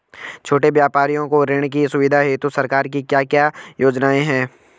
छोटे व्यापारियों को ऋण की सुविधा हेतु सरकार की क्या क्या योजनाएँ हैं?